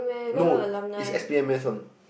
no is S B M mass on